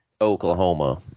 Oklahoma